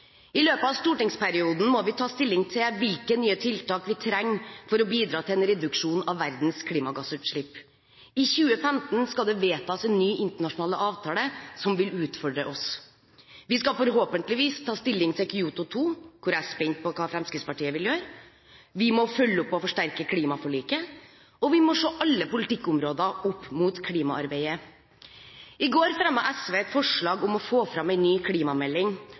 I løpet av stortingsperioden må vi ta stilling til hvilke nye tiltak vi trenger for å bidra til en reduksjon av verdens klimagassutslipp. I 2015 skal det vedtas en ny internasjonal avtale som vil utfordre oss. Vi skal forhåpentligvis ta stilling til Kyoto 2. Jeg er spent hva Fremskrittspartiet vil gjøre her. Vi må følge opp og forsterke klimaforliket, og vi må se alle politikkområder opp mot klimaarbeidet. I går fremmet SV et forslag om å få fram en ny klimamelding.